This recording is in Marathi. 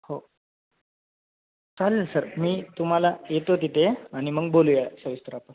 हो चालेल सर मी तुम्हाला येतो तिथे आणि मग बोलूया सविस्तर आपण